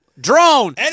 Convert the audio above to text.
Drone